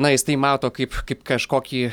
na jis tai mato kaip kaip kažkokį